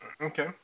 Okay